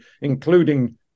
including